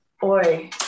boy